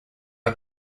are